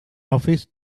office